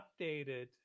updated